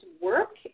work